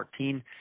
2014